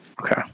Okay